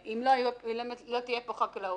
אם לא תהיה פה חקלאות,